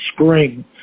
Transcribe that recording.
spring